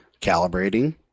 calibrating